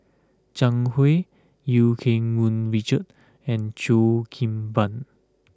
Zhang Hui Eu Keng Mun Richard and Cheo Kim Ban